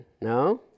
No